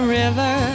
river